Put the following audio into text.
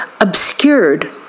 obscured